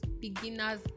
Beginner's